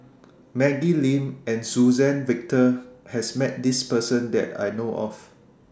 Maggie Lim and Suzann Victor has Met This Person that I know of